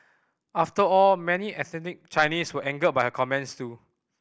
after all many ethnic Chinese were angered by her comments too